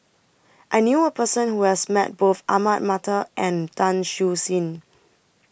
I knew A Person Who has Met Both Ahmad Mattar and Tan Siew Sin